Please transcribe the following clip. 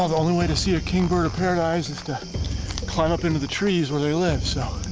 only way to see a king bird-of-paradise is to climb up into the trees where they live so,